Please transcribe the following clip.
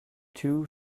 two